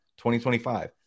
2025